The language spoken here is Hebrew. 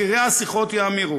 מחירי השיחות יאמירו,